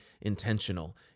intentional